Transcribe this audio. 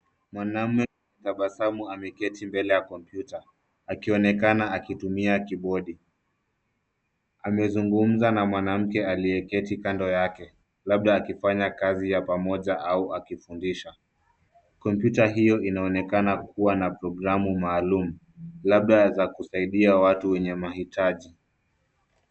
Mwanaume anatabasamu ameketi mbele ya kompyuta, akionekana akitumia kibodi. Anazungumuza na mwanamke aliyeketi kando yake , labda akifanya kazi ya pamoja au akifundisha. Kompyuta hio inaonekana kua na programu maalumu, labda za kusaidia watu wenye mahitaji.